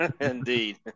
indeed